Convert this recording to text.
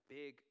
big